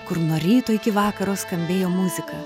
kur nuo ryto iki vakaro skambėjo muzika